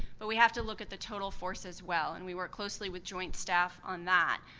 but we have to look at the total force as well. and we work closely with joint staff on that.